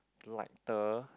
lighter